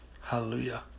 Hallelujah